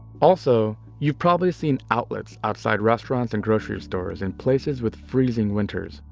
also, you've probably seen outlets outside restaurants and grocery stores in places with freezing winters,